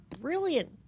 brilliant